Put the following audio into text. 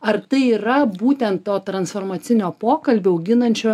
ar tai yra būtent to transformacinio pokalbį auginančio